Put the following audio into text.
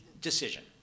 decision